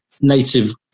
native